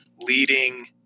leading